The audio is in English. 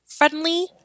Friendly